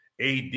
AD